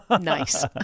nice